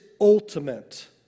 ultimate